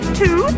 two